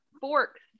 Forks